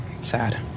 Sad